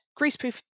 greaseproof